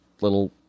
little